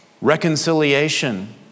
reconciliation